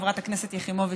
חברת הכנסת יחימוביץ,